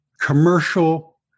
commercial